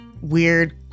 weird